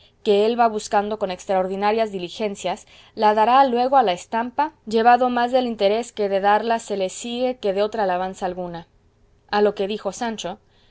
que él va buscando con extraordinarias diligencias la dará luego a la estampa llevado más del interés que de darla se le sigue que de otra alabanza alguna a lo que dijo sancho